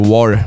War